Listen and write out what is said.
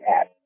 app